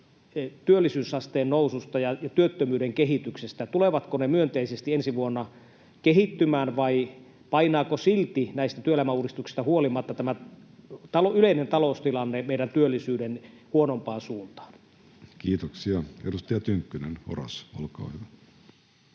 työllisyysasteen noususta ja työttömyyden kehityksestä? Tulevatko ne myönteisesti ensi vuonna kehittymään vai painaako silti näistä työelämäuudistuksista huolimatta tämä yleinen taloustilanne meidän työllisyytemme huonompaan suuntaan? [Speech 20] Speaker: Jussi Halla-aho